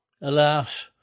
Alas